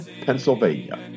Pennsylvania